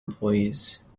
employees